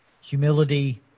humility